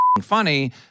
funny